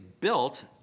built